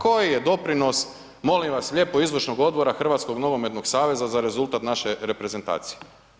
Koji je doprinos molim vas lijepo izvršnog odbora Hrvatskog nogometnog saveza za rezultat naše reprezentacije?